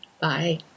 Bye